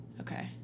Okay